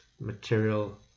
material